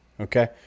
Okay